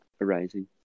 arising